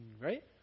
right